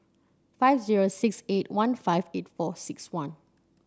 five zero six eight one five eight four six one